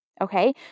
Okay